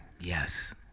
Yes